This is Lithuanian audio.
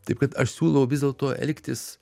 taip kad aš siūlau vis dėlto elgtis